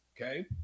Okay